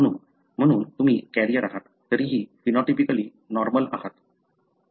म्हणून म्हणून तुम्ही कॅरियर आहात तरीही फेनॉटिपिकली नॉर्मल आहात